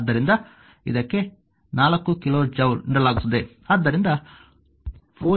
ಆದ್ದರಿಂದ ಇದಕ್ಕೆ 4 kilo joule ನೀಡಲಾಗುತ್ತದೆ